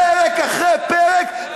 פרק אחרי פרק,